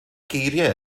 geiriau